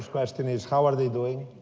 question is how are they doing?